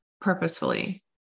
purposefully